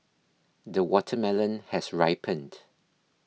the watermelon has ripened